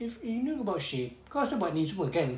if he knew about shade kau asal buat ni semua kan